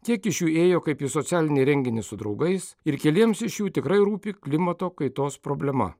kiek iš jų ėjo kaip į socialinį renginį su draugais ir keliems iš jų tikrai rūpi klimato kaitos problema